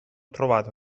trovato